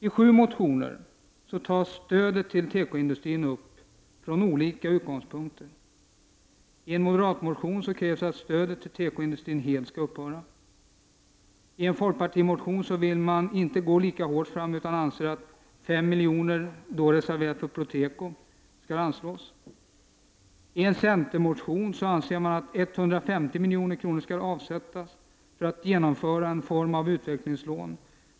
I sju motioner tas stödet till tekoindustrin upp från olika utgångspunkter. I en moderatmotion krävs att stödet till tekoindustrin helt skall upphöra. I en folkpartimotion vill man inte gå lika hårt fram utan anser att 5 miljoner, då reserverade för Proteko, skall anslås. I en centermotion anser man att 150 milj.kr. skall avsättas för att genomföra en form av utvecklingslån.